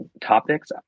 topics